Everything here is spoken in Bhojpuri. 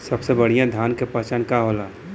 सबसे बढ़ियां धान का पहचान का होला?